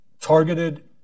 targeted